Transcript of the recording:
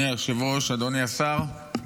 אדוני היושב-ראש, אדוני השר,